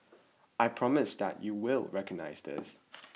I promise that you will recognise this